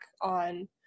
on